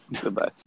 Goodbye